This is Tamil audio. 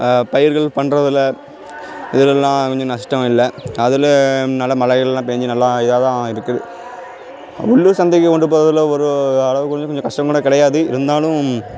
பயிர்கள் பண்றதில் இதுலலாம் கொஞ்சம் நஷ்டம் இல்லை அதில் நல்ல மலைகள்லாம் பெஞ்சி நல்லா இதாகதான் இருக்குது உள்ளூர் சந்தைக்குக் கொண்டு போறதில் ஒரு அளவுக்கு வந்து கொஞ்சம் கொஞ்சம் கஷ்டம் கூட கிடையாது இருந்தாலும்